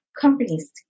companies